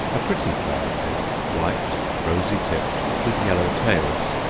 a pretty flower it is white, rosy tipped, with yellow tails.